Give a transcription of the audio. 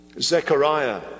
Zechariah